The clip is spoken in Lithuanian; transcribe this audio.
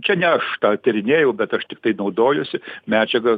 čia ne aš tą tyrinėjau bet aš tiktai naudojuosi medžiaga